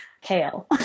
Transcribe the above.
kale